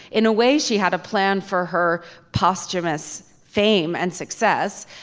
in a way she had a plan for her posthumous fame and success.